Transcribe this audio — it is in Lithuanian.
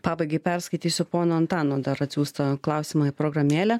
pabaigai perskaitysiu pono antano dar atsiųstą klausimą į programėlę